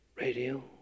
Radio